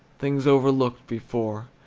things overlooked before,